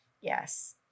yes